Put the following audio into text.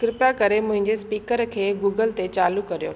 कृपा करे मुंहिंजे स्पीकर खे गूगल ते चालू करियो